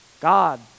God